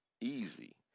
easy